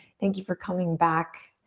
thank you for coming back.